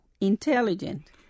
intelligent